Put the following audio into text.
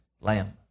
Lamb